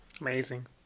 Amazing